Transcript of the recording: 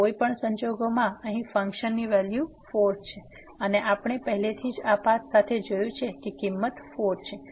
અને કોઈ પણ સંજોગોમાં અહીં ફંક્શનની વેલ્યુ 4 છે અને આપણે પહેલેથી જ આ પાથ સાથે જોયું છે કે કિંમત 4 છે